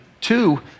two